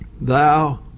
thou